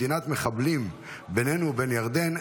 מדינת מחבלים בינינו ובין ירדן,